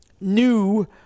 new